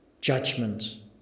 judgment